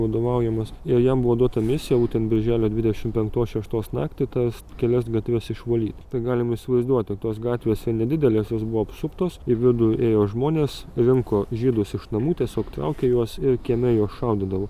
vadovaujamas ir jam buvo duota misija būtent birželio dvidešimt penktos šeštos naktį tas kelias gatves išvalyt tai galime įsivaizduoti tos gatvės nedidelės jos buvo apsuptos į vidų ėjo žmonės rinko žydus iš namų tiesiog traukė juos ir kieme juos šaudydavo